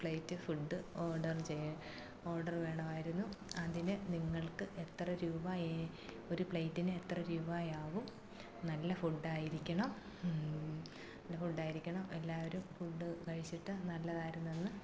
plate food order order വേണമായിരുന്നു അതിന് നിങ്ങൾക്ക് എത്ര രൂപ ഒരു പ്ലേറ്റിന് എത്ര രൂപായാവും നല്ല ഫുഡായിരിക്കണം നല്ല ഫുഡായിരിക്കണം എല്ലാവരും ഫുഡ് കഴിച്ചിട്ട് നല്ലതായിരുന്നെന്ന്